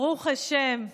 ברוך השם,